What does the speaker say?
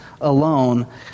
alone